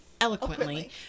eloquently